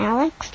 Alex